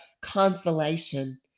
consolation